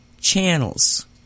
channels